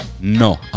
No